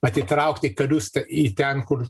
atitraukti karius į ten kur